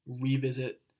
revisit